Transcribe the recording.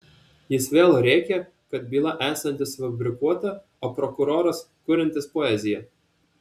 jis vėl rėkė kad byla esanti sufabrikuota o prokuroras kuriantis poeziją